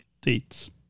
dates